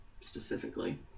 specifically